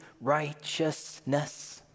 righteousness